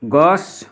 গছ